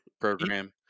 program